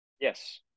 Yes